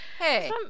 Hey